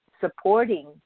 supporting